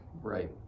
Right